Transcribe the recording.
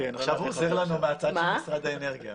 עכשיו הוא עוזר לנו מהצד של משרד האנרגיה.